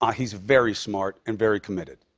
ah he's very smart and very committed.